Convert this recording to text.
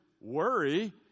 worry